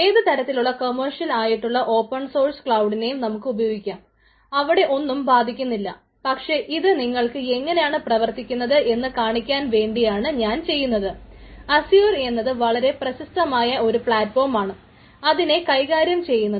ഏത് തരത്തിലുള്ള കമേഴ്സ്യൽ ആയിട്ടുള്ള ഓപ്പൺസോഴ്സ് അതിനുണ്ട്